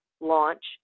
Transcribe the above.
launch